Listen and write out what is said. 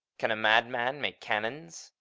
can a madman make cannons?